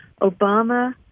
Obama